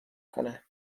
کنم